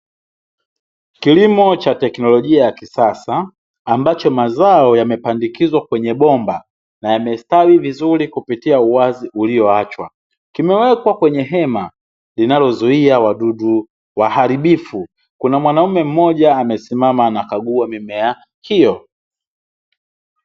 Kilimo cha teknolojia ya kisasa, ambacho mazao yamepandikizwa kwenye bomba, na yamestawi vizuri kupitia uwazi ulioachwa. Kimewekwa kwenye hema, linalozuia wadudu waharibifu, kuna mwanaume mmoja amesimama anakagua mimea hiyo.